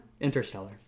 Interstellar